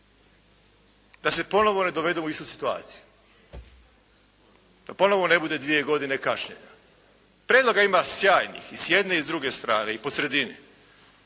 da se ponovo ne dovedemo u istu situaciju, da ponovo ne bude dvije godine kašnjenja. Prijedloga ima sjajnih i s jedne i s druge strane i po sredini.